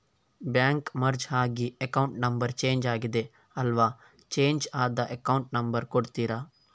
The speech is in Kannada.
ಬ್ಯಾಂಕ್ ಮರ್ಜ್ ಆಗಿ ಅಕೌಂಟ್ ನಂಬರ್ ಚೇಂಜ್ ಆಗಿದೆ ಅಲ್ವಾ, ಚೇಂಜ್ ಆದ ಅಕೌಂಟ್ ನಂಬರ್ ಕೊಡ್ತೀರಾ?